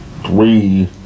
Three